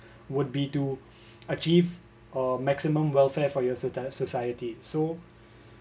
would be to achieve a maximum welfare for your so~ society so